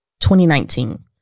2019